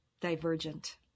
Divergent